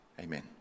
Amen